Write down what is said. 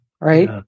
Right